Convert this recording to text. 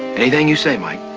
anything you say, mike.